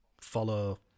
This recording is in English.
follow